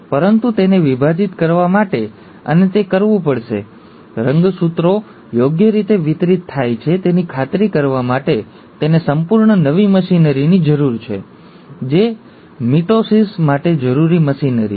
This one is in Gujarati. પરંતુ તેને વિભાજિત કરવા માટે અને તે કરવું પડશે રંગસૂત્રો યોગ્ય રીતે વિતરિત થાય છે તેની ખાતરી કરવા માટે તેને સંપૂર્ણ નવી મશીનરીની જરૂર છે જે મિટોસિસ માટે જરૂરી મશીનરી છે